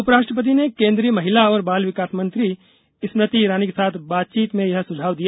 उपराष्ट्रपति ने केंद्रीय महिला और बाल विकास मंत्री स्मृति ईरानी के साथ बातचीत में यह सुझाव दिया